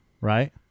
Right